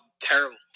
terrible